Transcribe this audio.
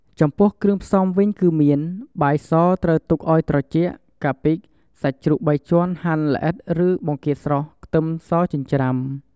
ចំពោះគ្រឿងផ្សំវិញគឺមាន បាយសត្រូវទុកឱ្យត្រជាក់ កាពិ សាច់ជ្រូកបីជាន់ហាន់ល្អិតឬបង្គាស្រស់ ខ្ទឹមសចិញ្ច្រាំ។